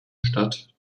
stadt